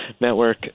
network